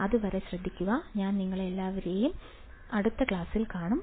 അതുവരെ ശ്രദ്ധിക്കുക ഞാൻ നിങ്ങളെ എല്ലാവരെയും അടുത്ത ക്ലാസ്സിൽ കാണും